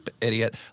idiot